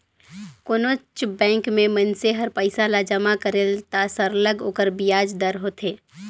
कोनोच बंेक में मइनसे हर पइसा ल जमा करेल त सरलग ओकर बियाज दर होथे